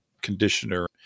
conditioner